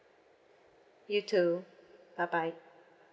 you too bye bye